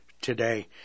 today